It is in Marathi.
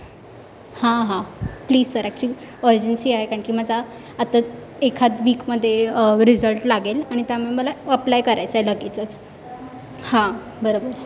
हां हां प्लीज सर ॲक्च्युली अर्जन्सी आहे काण की माझा आता एखाद वीकमध्ये रिझल्ट लागेल आणि त्यामुळे मला अप्लाय करायचा आहे लगेचच हां बरोबर